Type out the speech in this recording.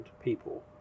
people